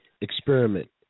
experiment